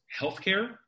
healthcare